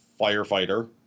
firefighter